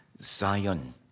Zion